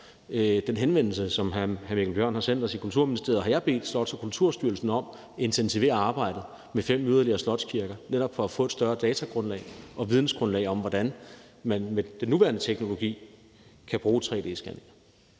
den henvendelse, som hr. Mikkel Bjørn har sendt til os i Kulturministeriet, har bedt Slots- og Kulturstyrelsen om at intensivere arbejdet med fem yderligere slotskirker, netop for at få et større datagrundlag og et vidensgrundlag om, hvordan man med den nuværende teknologi kan bruge tre-d-scanninger.